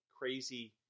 crazy